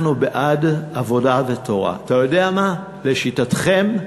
אנחנו בעד עבודה ותורה, אתה יודע מה, לשיטתכם: